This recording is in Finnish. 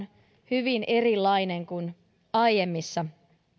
hyvin erilainen kuin aiemmissa